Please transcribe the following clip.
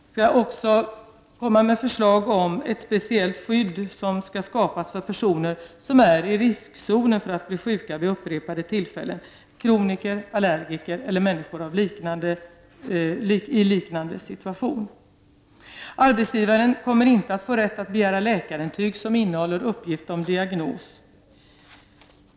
Vi kommer också att framlägga förslag om ett speciellt skydd för personer som är i riskzonen för att bli sjuka vid upprepade tillfällen — kroniker, allergiker och människor i liknande situationer. Arbetsgivaren kommer inte att få rätt att begära läkarintyg som innehåller uppgift om diagnos.